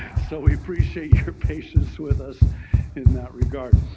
so we appreciate your patience with us in that regard.